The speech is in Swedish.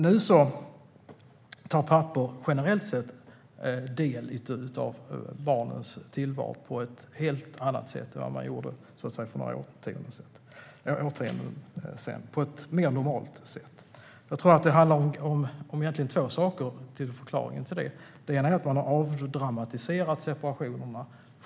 Nu tar pappor generellt sett del av barnens tillvaro på ett helt annat sätt än vad de gjorde för några årtionden sedan, och det sker på ett mer normalt sätt. Jag tror att det finns två förklaringar till detta. Den ena är att man har avdramatiserat separationer.